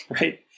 right